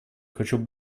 хочу